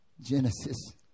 Genesis